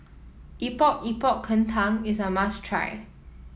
Epok Epok Kentang is a must try